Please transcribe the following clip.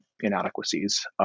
inadequacies